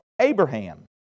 Abraham